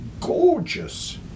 gorgeous